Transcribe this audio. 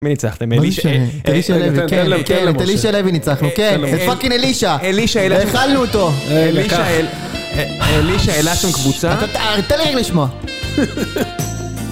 מי ניצחתם? אלישע... את אלישע לוי, כן, את אלישע לוי ניצחנו, כן. פאקינג אלישע! אלישע. האכלנו אותו! אלישע, אל... אלישע העלה שם קבוצה... תן לי לשמוע!